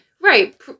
Right